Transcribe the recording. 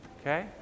Okay